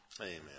Amen